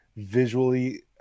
visually